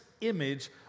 image